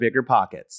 BiggerPockets